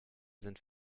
sind